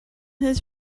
his